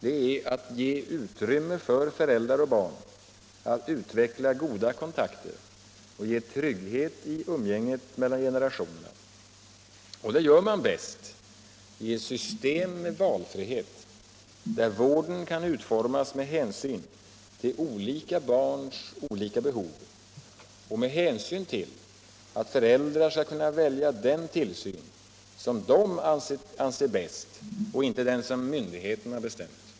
Det är att ge utrymme för föräldrar och barn att utveckla goda kontakter och att skapa trygghet i umgänget mellan generationerna. Det gör man bäst i ett system med valfrihet, där vården kan utformas med hänsyn till olika barns olika behov och med hänsyn till att föräldrar skall kunna välja den tillsyn som de anser bäst och inte den som myndigheterna bestämt.